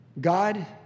god